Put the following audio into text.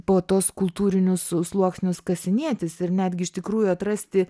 po tuos kultūrinius sluoksnius kasinėtis ir netgi iš tikrųjų atrasti